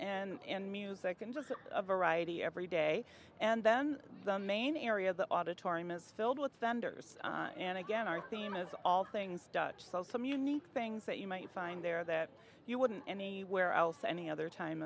and music and just a variety every day and then the main area of the auditorium is filled with senders and again our theme is all things dutch folk some unique things that you might find there that you wouldn't anywhere else any other time